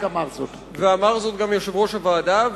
ואמר זאת גם יושב-ראש הוועדה.